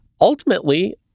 Ultimately